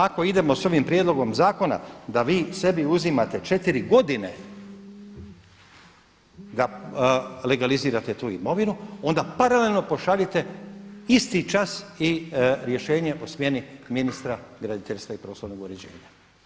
Ako idemo sa ovim prijedlogom zakona da vi sebi uzimate 4 godine da legalizirate tu imovinu onda paralelno pošaljite isti čas i rješenje o smjeni ministra graditeljstva i prostornog uređenja.